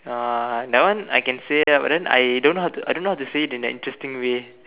uh that one I can say that but then I don't know I don't know how to say it in an interesting way